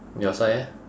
your side eh